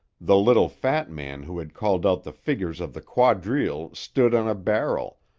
the little fat man who had called out the figures of the quadrille, stood on a barrel,